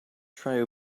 try